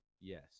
Yes